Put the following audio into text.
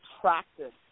practice